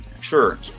Sure